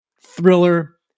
thriller